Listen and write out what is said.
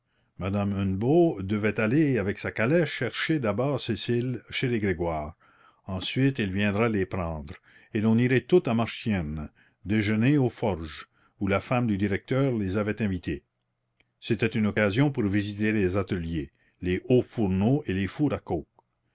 madame hennebeau devait aller avec sa calèche chercher d'abord cécile chez les grégoire ensuite elle viendrait les prendre et l'on irait toutes à marchiennes déjeuner aux forges où la femme du directeur les avait invitées c'était une occasion pour visiter les ateliers les hauts fourneaux et les fours à coke